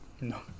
No